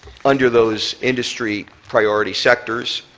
under those industry priority sectors.